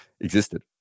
existed